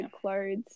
clothes